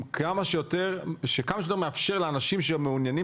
שכמה שיותר מאפשר לאנשים שגם מעוניינים